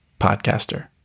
Podcaster